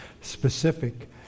specific